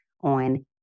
on